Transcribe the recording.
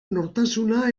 nortasuna